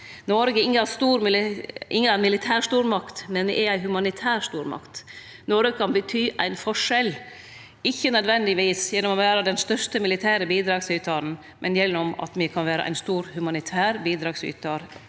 Noreg er inga militærstormakt, men ei humanitærstormakt. Noreg kan bety ein forskjell, ikkje nødvendigvis gjennom å vere den største militære bidragsytaren, men gjennom at me kan vere ein stor humanitær bidragsytar